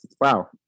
wow